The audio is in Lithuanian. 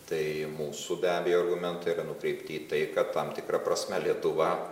tai mūsų be abejo argumentai yra nukreipti į tai kad tam tikra prasme lietuva